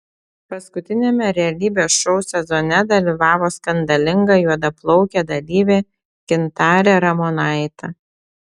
paskutiniame realybės šou sezone dalyvavo skandalinga juodaplaukė dalyvė gintarė ramonaitė